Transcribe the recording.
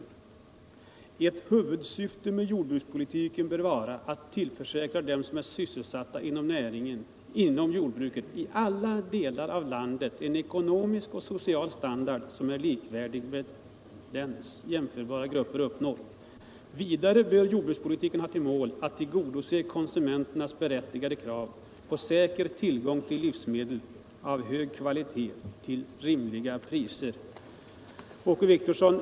Utskottet skriver: ”Ett huvudsyfte med jordbrukspolitiken bör vara att tillförsäkra dem som är sysselsatta inom jordbruket i alla delar av landet en ekonomisk och social standard, — Jordbrukspolitisom är likvärdig med den som jämförbara grupper uppnår. Vidare bör — ken, m.m. jordbrukspolitiken ha till mål att tillgodose konsumenternas berättigade krav på säker tillgång till livsmedel av hög kvalitet till rimliga priser.” Åke Wictorsson!